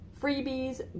freebies